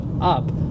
up